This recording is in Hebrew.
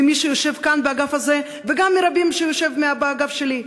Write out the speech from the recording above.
ממי שיושב כאן באגף הזה וגם מרבים שיושבים באגף שלי.